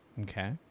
Okay